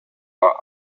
bar